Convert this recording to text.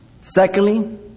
Secondly